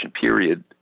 period